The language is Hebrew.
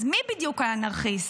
אז מי בדיוק האנרכיסט?